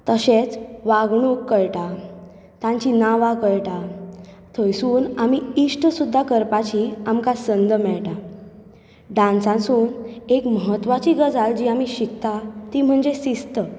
तशेंच वागणूक कळटा तांचीं नांवां कळटा थंय सून आमी इश्ट सुद्दा करपाची आमकां संद मेळटा डान्सासून एक म्हत्वाची गजाल जी आमी शिकता ती म्हणजे शिस्त